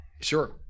Sure